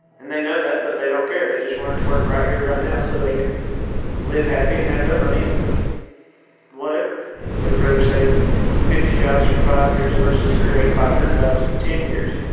and they know that, but they don't care. they just want it to work right here, right now so they can live happy and have their money and whatever. and they would rather save fifty jobs for five years versus create five hundred jobs in ten years.